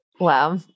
wow